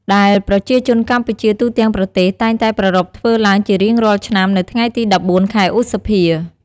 ដែលប្រជាជនកម្ពុជាទូទាំងប្រទេសតែងតែប្រារព្ធធ្វើឡើងជារៀងរាល់ឆ្នាំ នៅថ្ងៃទី ១៤ ខែឧសភា។